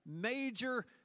major